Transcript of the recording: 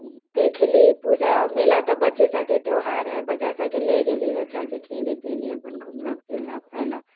देखली पूजा मेला तऽ बच्चे सभके त्यौहार है बच्चा सभके लै गेली अच्छा से खियैली पियैली अपन घुमलक फिरलक अयलक